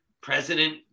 president